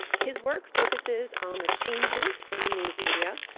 his work focuses on the changes in the news media,